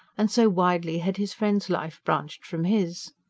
and so widely had his friend's life branched from his.